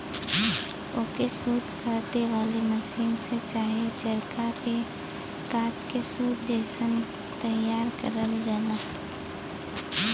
ओके सूत काते वाले मसीन से चाहे चरखा पे कात के सूत जइसन तइयार करल जाला